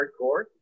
hardcore